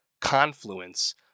confluence